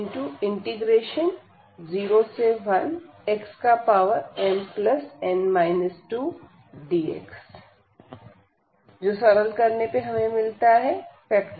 integrate करने से हमें मिलेगा